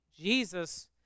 Jesus